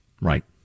Right